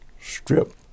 strip